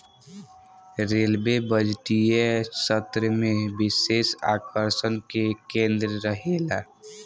railway बजटीय सत्र में विशेष आकर्षण के केंद्र रहेला